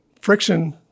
friction